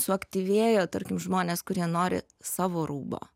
suaktyvėjo tarkim žmonės kurie nori savo rūbo